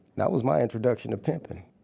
that was my introduction to pimping